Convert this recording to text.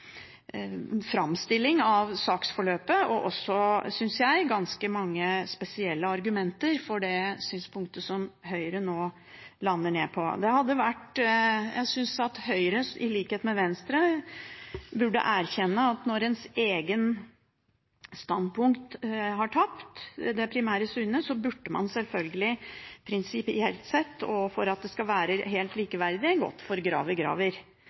framstilling av saksforløpet og også veldig mange spesielle argumenter for det synspunktet som Høyre nå lander på. Jeg syns at Høyre, i likhet med Venstre, burde erkjenne at når ens eget primære syn har tapt, burde man selvfølgelig – prinsipielt sett, og for at det skal være helt likeverdig – gått for